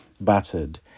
battered